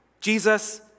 Jesus